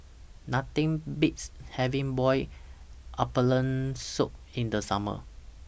Nothing Beats having boiled abalone Soup in The Summer